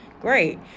great